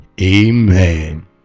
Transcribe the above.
amen